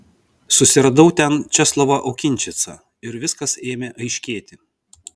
susiradau ten česlovą okinčicą ir viskas ėmė aiškėti